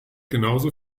genauso